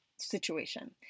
Situation